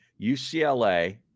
UCLA